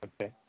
Okay